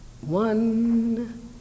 One